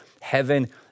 heaven